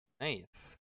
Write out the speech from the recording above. Nice